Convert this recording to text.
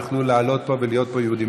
יוכל לעלות לפה ולהיות פה יהודי,